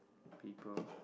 people